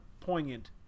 poignant